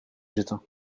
zitten